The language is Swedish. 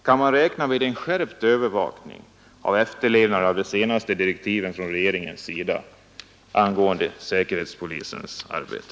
Kan man räkna med en skärpt övervakning av efterlevnaden av de senaste direktiven från regeringens sida angående säkerhetspolisens arbete?